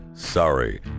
Sorry